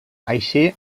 així